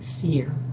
Fear